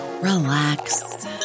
relax